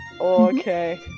Okay